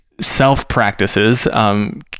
self-practices